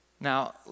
Now